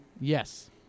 yes